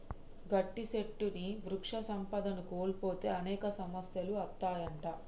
గట్టి సెట్లుని వృక్ష సంపదను కోల్పోతే అనేక సమస్యలు అత్తాయంట